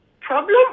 problem